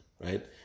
right